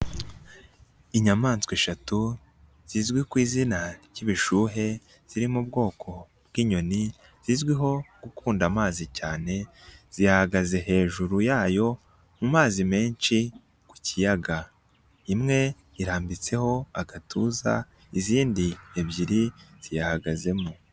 Inyamaswa eshatu zizwi ku izina ry'ibishuhe. Ziri mu bwoko bw'inyoni, zizwiho gukunda amazi cyane. Ziyahagaze hejuru yayo, mu mazi menshi ku kiyaga. Imwe irambitseho agatuza izindi ebyiri ziyahagazemo.